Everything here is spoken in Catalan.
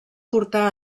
portar